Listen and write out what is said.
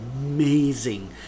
amazing